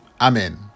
amen